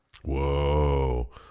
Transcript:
Whoa